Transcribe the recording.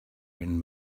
written